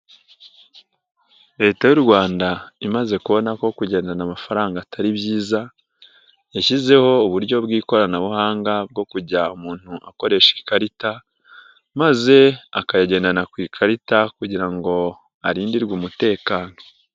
Leta y'u Rwanda imaze kubona ko kugendana amafaranga atari byiza, yashyizeho uburyo bw'ikoranabuhanga bwo kujya umuntu akoresha ikarita, maze akayagendana ku ikarita kugira ngo arindirwe umutekano.